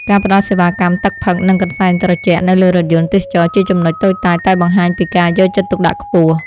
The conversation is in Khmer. ការផ្តល់សេវាកម្មទឹកផឹកនិងកន្សែងត្រជាក់នៅលើរថយន្តទេសចរណ៍ជាចំណុចតូចតាចតែបង្ហាញពីការយកចិត្តទុកដាក់ខ្ពស់។